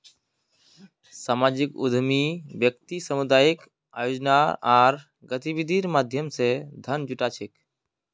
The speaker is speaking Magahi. सामाजिक उद्यमी व्यक्ति सामुदायिक आयोजना आर गतिविधिर माध्यम स धन जुटा छेक